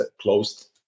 closed